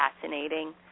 fascinating